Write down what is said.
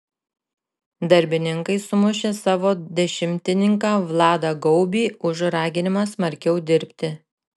darbininkai sumušė savo dešimtininką vladą gaubį už raginimą smarkiau dirbti